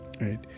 Right